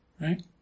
right